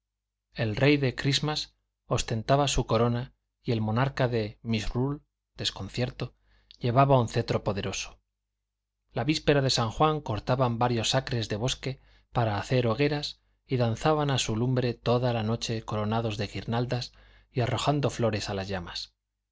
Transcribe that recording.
el rey de christmas ostentaba su corona y el monarca de misrule desconcierto llevaba un cetro poderoso la víspera de san juan cortaban varios acres de bosque para hacer hogueras y danzaban a su lumbre toda la noche coronados de guirnaldas y arrojando flores a las llamas